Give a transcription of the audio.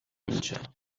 اینجا